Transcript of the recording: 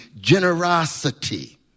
generosity